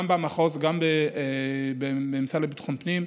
גם במחוז, גם במשרד לביטחון פנים.